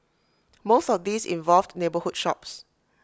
most of these involved neighbourhood shops